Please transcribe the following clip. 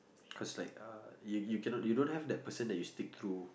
cause like uh you you cannot you don't have the person that you stick through